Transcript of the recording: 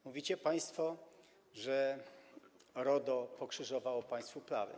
Mówicie państwo, że RODO pokrzyżowało państwu plany.